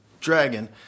dragon